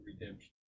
redemption